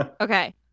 Okay